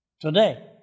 today